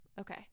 Okay